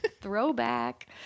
Throwback